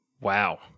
Wow